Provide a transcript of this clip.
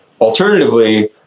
Alternatively